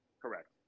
Correct